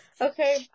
Okay